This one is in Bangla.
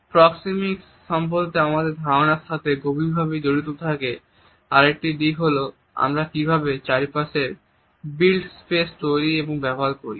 প্রক্সিমিক্স সম্পর্কে আমাদের ধারনার সাথে গভীরভাবে জড়িত আরেকটি দিক হল আমরা কীভাবে আমাদের চারপাশের বিল্ট স্পেস তৈরি এবং ব্যবহার করি